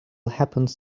happens